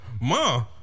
ma